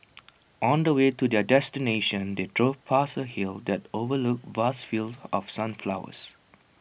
on the way to their destination they drove past A hill that overlooked vast fields of sunflowers